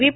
V